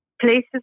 places